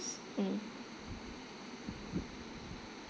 mm